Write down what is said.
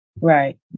right